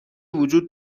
وجود